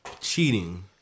cheating